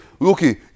Okay